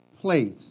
place